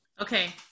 Okay